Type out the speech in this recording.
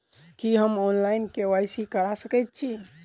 की हम online, KYC करा सकैत छी?